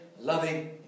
loving